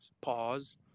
Pause